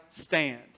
stand